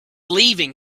leaving